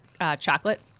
chocolate